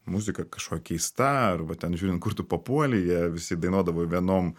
muzika kažkokia keistą arba ten žiūrint kur tu papuolei jie visi dainuodavo vienom